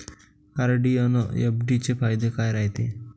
RD अन FD चे फायदे काय रायते?